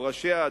או ראשיה,